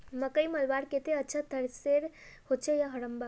मकई मलवार केते अच्छा थरेसर होचे या हरम्बा?